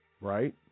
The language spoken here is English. right